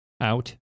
out